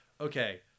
okay